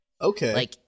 okay